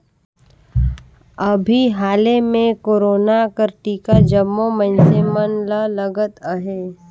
अभीं हाले में कोरोना कर टीका जम्मो मइनसे मन ल लगत अहे